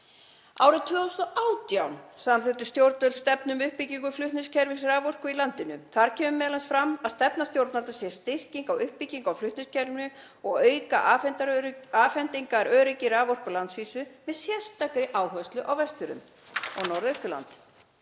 Árið 2018 samþykktu stjórnvöld stefnu um uppbyggingu flutningskerfis raforku í landinu. Þar kemur m.a. fram að stefna stjórnvalda sé styrking á uppbyggingu á flutningskerfinu og að auka afhendingaröryggi raforku á landsvísu með sérstakri áherslu á Vestfirði og Norðausturland.